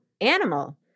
animal